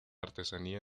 artesanía